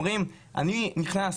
הם אומרים אני נכנס,